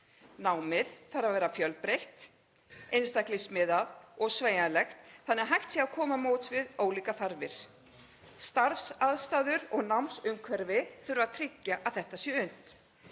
Námið þarf að vera fjölbreytt, einstaklingsmiðað og sveigjanlegt þannig að hægt sé að koma til móts við ólíkar þarfir. Starfsaðstæður og námsumhverfi þurfa að tryggja að þetta sé unnt.